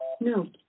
No